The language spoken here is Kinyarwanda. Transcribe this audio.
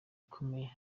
ikomeye